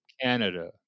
Canada